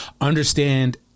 understand